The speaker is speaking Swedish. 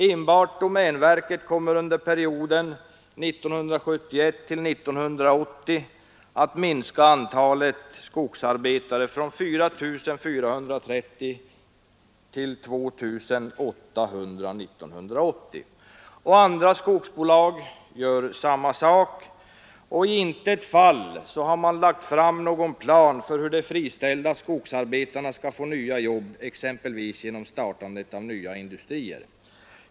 Enbart domänverket kommer under perioden 1971—1980 att minska antalet skogsarbetare från 4 430 till 2 800. Andra skogsbolag gör samma sak, och i intet fall har man lagt fram någon plan för hur de friställda skogsarbetarna skall få nya jobb, exempelvis genom startandet av nya industrier.